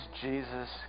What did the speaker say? Jesus